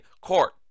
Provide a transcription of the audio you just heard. court